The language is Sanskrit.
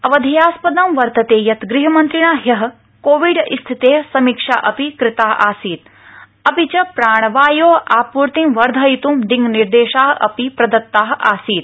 अवधेयास्पदं वर्तते यत् गृहमन्त्रिणा हय कोविड स्थिते समीक्षा कृतासीत् अपि च प्राणवायो आपूर्ति वर्धयित् दिङ्निर्देशा अपि प्रदत्ता आसीत्